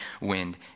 wind